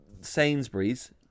Sainsbury's